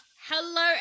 Hello